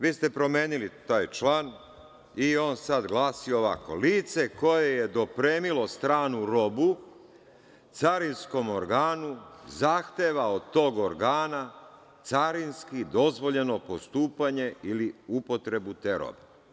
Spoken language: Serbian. Vi ste promenili taj član i on sada glasi ovako: „Lice koje je dopremilo stranu robu carinskom organu zahteva od tog organa carinski dozvoljeno postupanje ili upotrebu te robe“